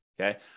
Okay